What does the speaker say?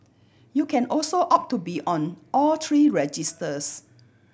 you can also opt to be on all three registers